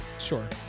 Sure